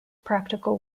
practical